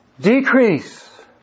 decrease